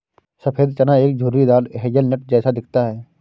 सफेद चना एक झुर्रीदार हेज़लनट जैसा दिखता है